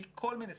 מכל מיני סיבות,